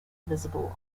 visible